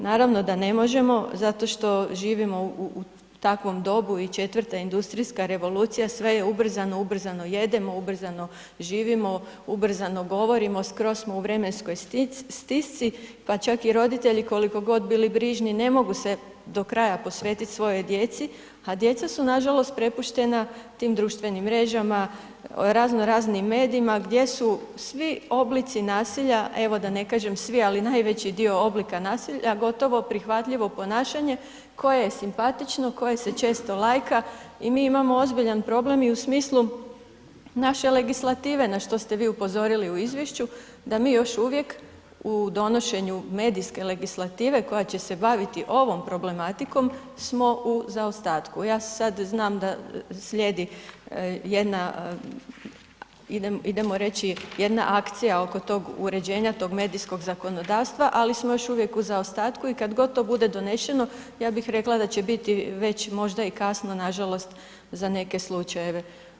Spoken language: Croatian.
Naravno da ne možemo, zato što živimo u takvom dobu i 4. industrijska revolucija sve je ubrzano, ubrzano jedemo, ubrzano živimo, ubrzano govorimo, skroz smo u vremenskoj stisci, pa čak i roditelji, koliko god bili brižni ne mogu se do kraja posvetiti svojoj djeci, a djeca su nažalost prepuštena tim društvenim mrežama, razno raznim medijima gdje su svi oblici nasilja, evo da ne kažem svi, ali najveći dio oblika nasilja gotovo prihvatljivo ponašanje koje je simpatično, koje se često lajka i mi imamo ozbiljan problem i u smislu naše legislative na što ste vi upozorili u izvješću, da mi još uvijek u donošenju medijske legislative koja će se baviti ovom problematikom smo u zaostatku, ja sad znam da slijedi jedna, idemo reći jedna akcija oko tog uređenja tog medijskog zakonodavstva, ali smo još uvijek u zaostatku i kad god to bude donešeno, ja bi rekla da će biti već možda i kasno nažalost za neke slučajeve.